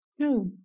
no